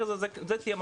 זה רק עניין של זמן.